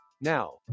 Now